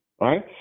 right